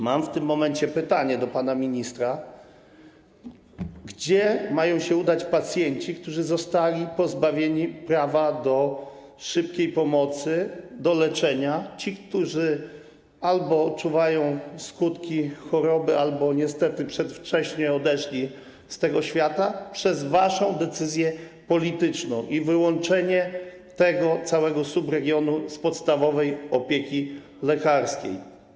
Mam w tym momencie pytanie do pana ministra, gdzie mają się udać pacjenci, którzy zostali pozbawieni prawa do szybkiej pomocy, do leczenia - są tacy, którzy albo odczuwają skutki choroby, albo niestety przedwcześnie odeszli z tego świata - przez waszą decyzję polityczną i wyłączenie całego tego subregionu z podstawowej opieki lekarskiej.